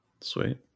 sweet